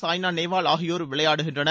சாய்னா நேவால் ஆகியோர் விளையாடுகின்றனர்